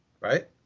right